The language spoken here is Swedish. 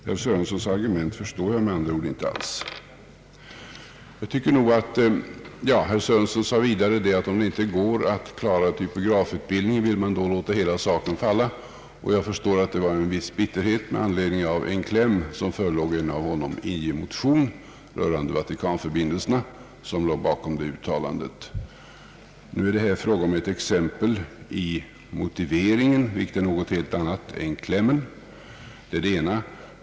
Herr Sörensons argument förstår jag med andra ord inte alls. Herr Sörenson frågade vidare om man vill låta hela saken falla därest typografutbildningen inte kan klaras. Jag förstår att det var en viss bitterhet med anledning av klämmen i en av honom ingiven motion rörande Vatikanförbindelserna som låg bakom det uttalandet. Nu är det här fråga om ett exempel i motiveringen, vilket är någonting helt annat än klämmen. Det är det ena.